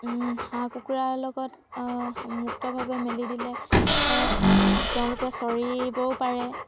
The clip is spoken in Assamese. হাঁহ কুকুৰাৰ লগত মুক্তভাৱে মেলি দিলে তেওঁলোকে চৰিবও পাৰে